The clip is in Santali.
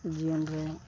ᱡᱤᱭᱚᱱ ᱨᱮ